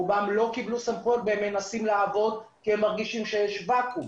רובם לא קיבלו סמכויות והם מנסים לעבוד כי הם מרגישים שיש ואקום.